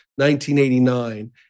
1989